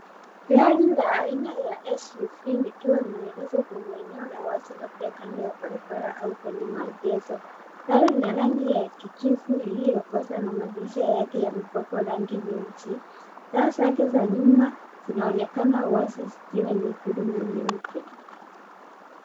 Gari la aina ya suv likiwa limeegeshwa kwenye eneo la wazi, labda kando ya barabara au kwenye maegezo. Gari lina rangi ya kijivu iliyokosa na madirisha yake yamepakwa rangi nyeusi. Taa zake za nyuma zinaonekana wazi zikiwa nyekundu na nyeupe.